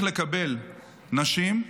לקבל נשים,